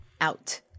out